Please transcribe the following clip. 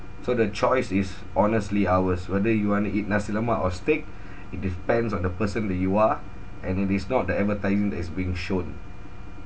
so the choice is honestly ours whether you want to eat nasi-lemak or steak it depends on the person that you are and it is not the advertising that is being shown